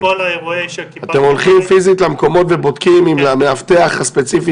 אתם הולכים פיזית למקומות ובודקים אם למאבטח הספציפי